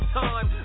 time